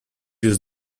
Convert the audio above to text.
use